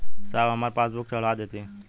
साहब हमार पासबुकवा चढ़ा देब?